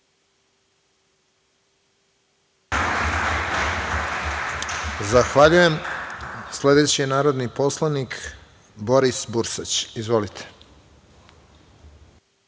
Zahvaljujem. Sledeći je narodni poslanik Boris Bursać. Izvolite.